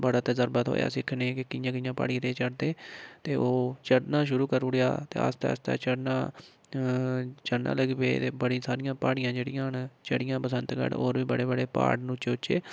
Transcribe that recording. बड़ा तजरबा थ्होया सिक्खने ई कि कि'यां कि'यां प्हाड़ी एरिये च चढ़दे ते ओह् चढ़ना शुरू करुड़ेआ ते आस्तै आस्तै चढ़ना चढ़न लग्गी पे ते बड़ी सारियां प्हाड़ियां जेह्ड़ियां न चढ़ियां बसंतगढ़ होर बी बड़े बड़े प्हाड़ न उच्चे उच्चे